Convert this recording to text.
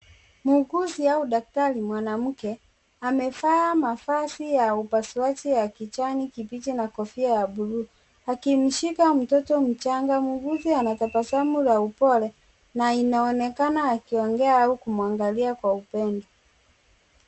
Muuguzi au daktari mwanamke amevaa mavazi ya upasuaji ya kichwani kibichi na kofia ya buluu akimshika mtoto mchanga, muuguzi anatabasamu la upole na inaonekana akiongea huku akimwangalia kwa upendo.